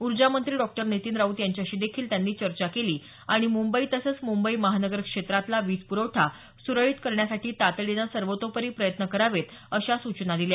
ऊर्जामंत्री डॉक्टर नितीन राऊत यांच्याशी देखील त्यांनी चर्चा केली आणि मुंबई तसंच मुंबई महानगर क्षेत्रातला वीज पुरवठा सुरळीत करण्यासाठी तातडीनं सर्वतोपरी प्रयत्न करावेत अशा सूचना दिल्या